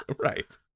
Right